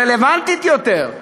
רלוונטית יותר,